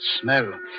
smell